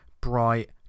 bright